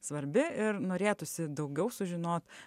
svarbi ir norėtųsi daugiau sužinot